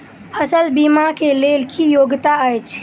फसल बीमा केँ लेल की योग्यता अछि?